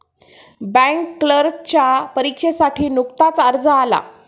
bank क्लर्कच्या परीक्षेसाठी नुकताच अर्ज आला